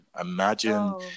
Imagine